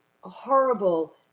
horrible